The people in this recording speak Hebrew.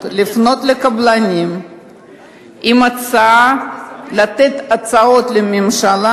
לפנות לקבלנים עם הצעה לתת הצעות לממשלה,